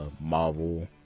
Marvel